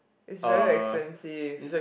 its very expensive